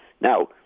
Now